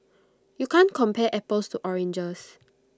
you can't compare apples to oranges